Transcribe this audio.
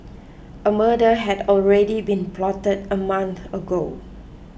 a murder had already been plotted a month ago